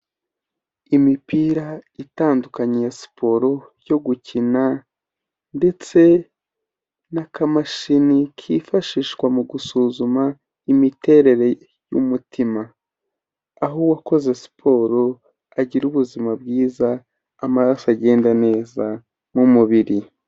Imipira itandukanye ya siporo yo gukina ndetse n'akamashini kifashishwa mu gusuzuma imiterere y'umutima. Aho uwakoze siporo agira ubuzima bwiza, amaraso agenda neza mu mubiri.